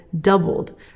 doubled